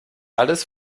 alles